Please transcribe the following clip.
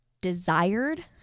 desired